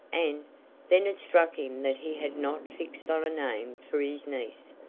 and then it struck him that he had not fixed on a name for his niece.